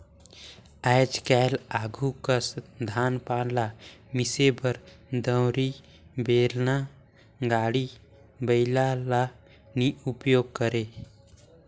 आएज काएल आघु कस धान पान ल मिसे बर दउंरी, बेलना, गाड़ी बइला ल नी उपियोग करे